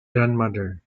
grandmother